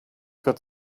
could